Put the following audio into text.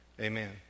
Amen